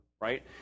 right